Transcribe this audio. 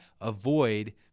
Avoid